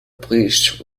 police